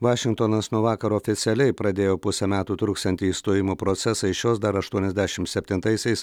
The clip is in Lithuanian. vašingtonas nuo vakar oficialiai pradėjo pusę metų truksiantį išstojimo procesą iš jos dar aštuoniasdešimt septintaisiais